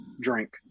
drink